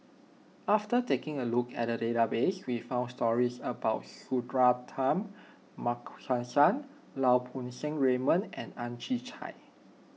after taking a look at the database we found stories about Suratman Markasan Lau Poo Seng Raymond and Ang Chwee Chai